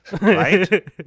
Right